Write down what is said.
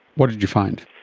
what did you find?